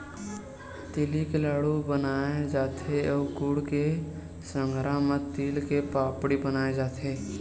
तिली के लाडू बनाय जाथे अउ गुड़ के संघरा म तिल के पापड़ी बनाए जाथे